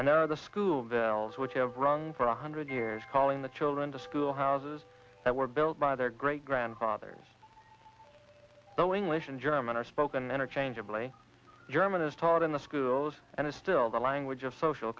are the school veils which have rung for a hundred years calling the children to school houses that were built by their great grandfathers though english and german are spoken interchangeably german is taught in the schools and is still the language of social